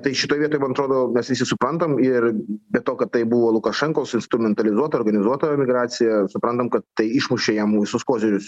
tai šitoj vietoj man atrodo mes visi suprantam ir be to kad tai buvo lukašenkos instrumentalizuota organizuota emigracija suprantam kad tai išmušė jam visus kozirius